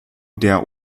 der